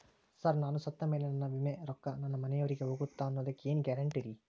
Sir ನಾನು ಸತ್ತಮೇಲೆ ನನ್ನ ವಿಮೆ ರೊಕ್ಕಾ ನನ್ನ ಮನೆಯವರಿಗಿ ಹೋಗುತ್ತಾ ಅನ್ನೊದಕ್ಕೆ ಏನ್ ಗ್ಯಾರಂಟಿ ರೇ?